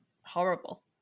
horrible